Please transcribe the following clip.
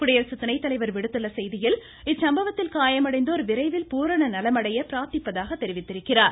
குடியரசு துணை தலைவர் விடுத்துள்ள செய்தியில் இச்சம்பவத்தில் காயமடைந்தோர் விரைவில் பூரண நலமடைய பிரார்த்திப்பதாக தெரிவித்துள்ளார்